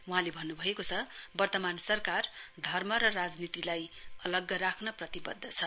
वहाँले भन्नुभएको छ वर्तमान सरकार धर्म र राजनीतिलाई अलग राख्न प्रतिबद्ध छ